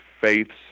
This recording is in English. faiths